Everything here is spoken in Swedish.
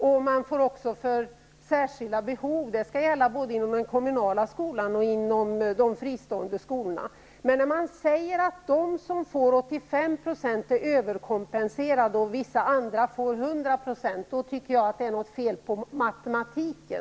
Skolorna får också pengar för särskilda behov, och det skall gälla både den kommunala skolan och de fristående skolorna. Men när man säger att de som får 85 % är överkompenserade samtidigt som vissa andra får 100 %, då tycker jag att det är något fel på matematiken.